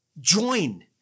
Join